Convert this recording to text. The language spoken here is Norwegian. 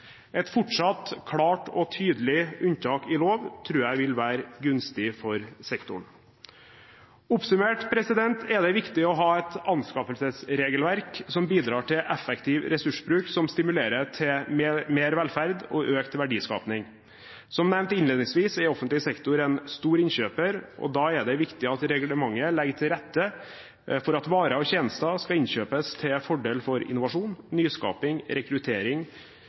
Et fortsatt klart og tydelig unntak i lov tror jeg vil være gunstig for sektoren. Oppsummert er det viktig å ha et anskaffelsesregelverk som bidrar til effektiv ressursbruk som stimulerer til mer velferd og økt verdiskaping. Som nevnt innledningsvis er offentlig sektor en stor innkjøper, og da er det viktig at reglementet legger til rette for at varer og tjenester skal innkjøpes til fordel for innovasjon, nyskaping, rekruttering,